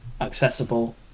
accessible